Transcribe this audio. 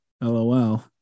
LOL